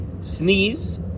sneeze